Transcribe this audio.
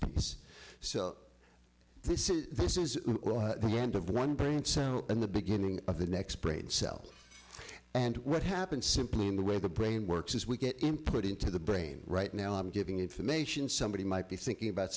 purpose so this is this is the end of one period so in the beginning of the next brain cell and what happens simply in the way the brain works is we get input into the brain right now i'm giving information somebody might be thinking about